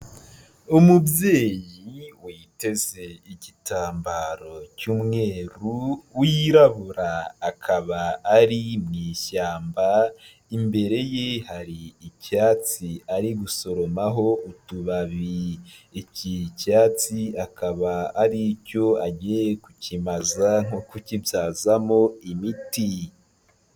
Umubyeyi witeze igitambaro cy'umweru wirabura akaba ari mu ishyamba, imbere ye hari icyatsi ari gusoromaho utubabi, iki cyatsi hakaba hari cyo agiye kukimaza nko kukibyazamo imiti.